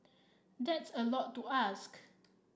that's a lot to ask